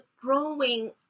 growing